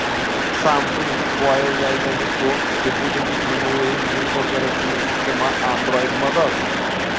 samsung diktuoja jei ne visų tai būtent išmaniųjų įrenginių su operacine sistema android madas